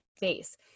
base